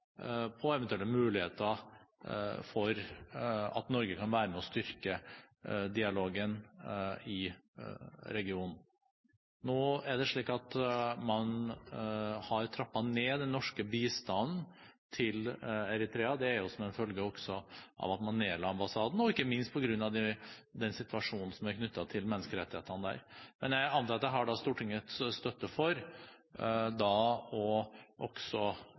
på eventuelle muligheter for at Norge kan være med og styrke dialogen i regionen. Nå er det slik at man har trappet ned den norske bistanden til Eritrea. Det er også som følge av at man la ned ambassaden, og ikke minst på grunn av den situasjonen som er knyttet til menneskerettighetene der. Men jeg antar at jeg har Stortingets støtte for